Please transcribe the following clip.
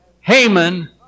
Haman